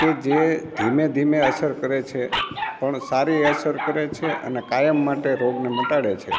કે જે ધીમે ધીમે અસર કરે છે પણ સારી અસર કરે છે અને કાયમ માટે રોગને મટાડે છે